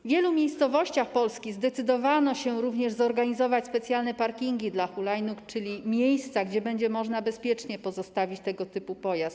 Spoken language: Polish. W wielu miejscowościach Polski zdecydowano się również zorganizować specjalne parkingi dla hulajnóg, czyli miejsca, gdzie będzie można bezpiecznie pozostawić tego typu pojazd.